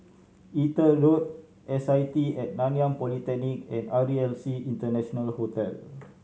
Exeter Road S I T At Nanyang Polytechnic and R E L C International Hotel